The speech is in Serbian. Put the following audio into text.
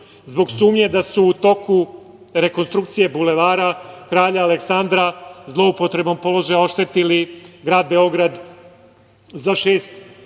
zbog sumnje da su u toku rekonstrukcije Bulevara Kralja Aleksandra, zloupotrebom položaja, oštetili Grad Beograd za šest